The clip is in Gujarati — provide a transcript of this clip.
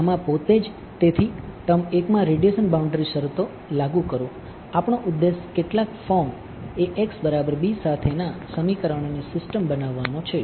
તેથી ટર્મ 1 માં રેડિયેશન બાઉન્ડ્રી કેટલાક ફોર્મ સાથેના સમીકરણોની સિસ્ટમ બનાવવાનો છે